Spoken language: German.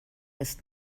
ist